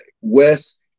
West